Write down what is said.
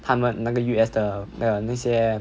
他们那个 U_S 的的那些